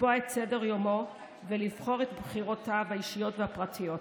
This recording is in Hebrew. לקבוע את סדר-יומו ולבחור את בחירותיו האישיות והפרטיות.